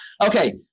okay